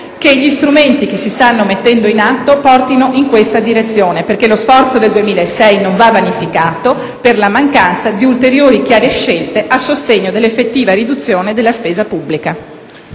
che gli strumenti che si stanno mettendo in atto portino in questa direzione, perché lo sforzo del 2006 non va vanificato per la mancanza di chiare scelte a sostegno dell'effettiva riduzione della spesa pubblica.